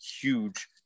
huge